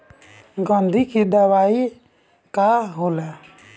गंधी के दवाई का होला?